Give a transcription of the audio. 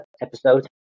episode